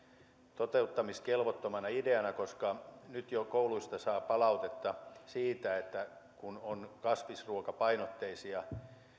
toteuttamiskelvottomana ideana koska nyt jo kouluista saa palautetta siitä että kun on kasvisruokapainotteisia